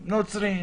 נוצרים,